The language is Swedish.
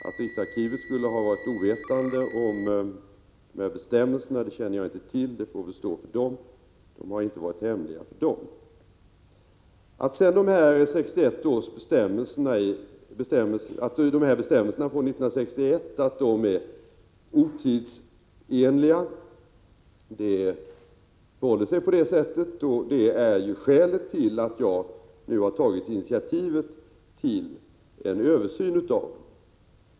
Att riksarkivet skulle ha varit ovetande om dessa bestämmelser känner jaginte till; det får väl stå för vederbörande tjänsteman — bestämmelserna har inte varit hemliga för riksarkivet. Det förhåller sig på det sättet att bestämmelserna från 1961 är otidsenliga. Det är skälet till att jag nu har tagit initiativ till en översyn av dem.